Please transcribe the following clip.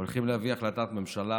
הולכים להביא החלטת ממשלה